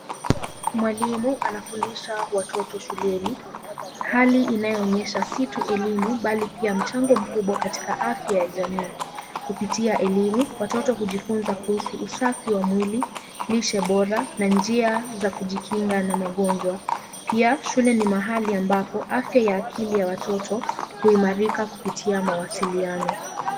Mwalimu anafundisha watoto shuleni hali inayoonyesha si tu elimu bali pia mchango mkubwa katika afya ya jamii. Kupitia elimu, watoto hujifunza kuhusu usafi wa mwili, lishe bora na njia za kujikinga na magonjwa. Pia shule ni mahali ambapo afya ya akili ya watoto huimarika kupitia mawasiliano.